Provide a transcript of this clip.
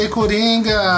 Coringa